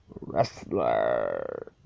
Wrestler